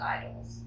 idols